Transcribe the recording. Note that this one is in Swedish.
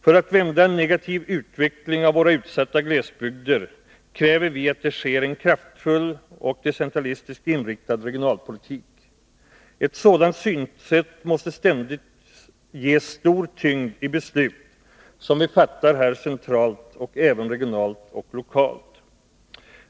För att vända en negativ utveckling i våra utsatta glesbygder kräver vi att det förs en kraftfull och decentralistiskt inriktad regionalpolitik. Ett sådant synsätt måste ständigt ges stor tyngd i beslut som vi fattar här centralt men även regionalt och lokalt.